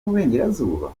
y’uburengerazuba